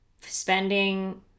spending